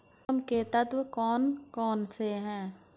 मौसम के तत्व कौन कौन से होते हैं?